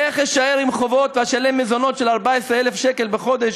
איך אשאר עם חובות ואשלם מזונות של 14,000 שקל בחודש?